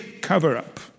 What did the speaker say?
cover-up